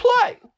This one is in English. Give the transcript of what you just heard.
play